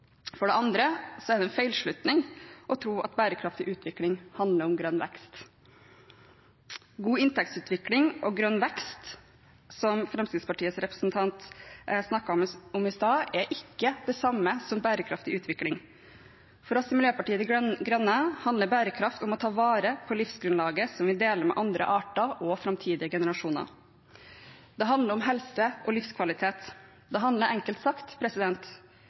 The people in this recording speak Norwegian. For det andre er det en feilslutning å tro at bærekraftig utvikling handler om grønn vekst. God inntektsutvikling og grønn vekst, som Fremskrittspartiets representant snakket om i stad, er ikke det samme som bærekraftig utvikling. For oss i Miljøpartiet De Grønne handler bærekraft om å ta vare på livsgrunnlaget som vi deler med andre arter og framtidige generasjoner. Det handler om helse og livskvalitet. Det handler enkelt sagt